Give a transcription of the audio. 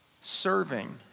Serving